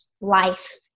life